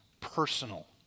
personal